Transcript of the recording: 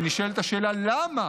ונשאלת השאלה למה.